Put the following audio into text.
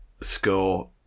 score